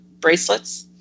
bracelets